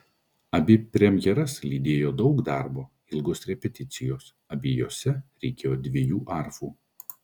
abi premjeras lydėjo daug darbo ilgos repeticijos abiejose reikėjo dviejų arfų